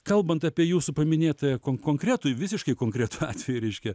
kalbant apie jūsų paminėtą kon konkretų visiškai konkretų atvejį reiškia